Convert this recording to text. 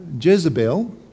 Jezebel